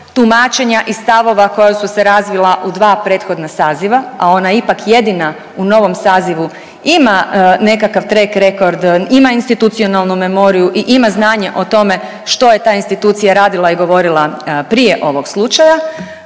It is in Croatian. tumačenja i stavova koja su se razvila u dva prethodna saziva, a ona ipak jedina u novom sazivu ima nekakav track record, ima institucionalnu memoriju i ima znanja o tome što je ta institucija radila i govorila prije ovog slučaja,